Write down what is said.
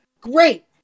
Great